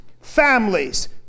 families